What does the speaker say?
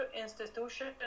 institution